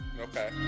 Okay